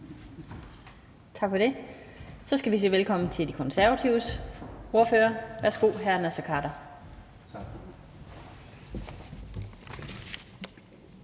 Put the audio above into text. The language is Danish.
Tak for det. Så skal vi sige velkommen til De Konservatives ordfører. Værsgo, hr. Naser Khader. Kl.